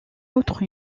outre